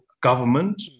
government